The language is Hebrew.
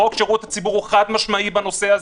חוק שירות הציבור הוא חד משמעי בנושא הזה.